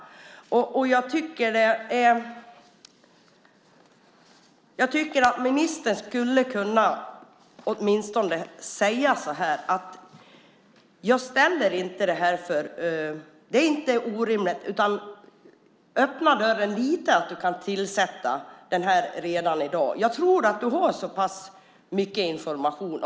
Jag tycker att ministern åtminstone skulle kunna säga så här: Det här är inte orimligt, utan vi öppnar dörren lite för att vi kan tillsätta en kommission redan i dag. Jag tror att ministern har så pass mycket information.